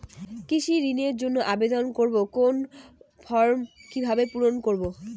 কৃষি ঋণের জন্য আবেদন করব কোন ফর্ম কিভাবে পূরণ করব?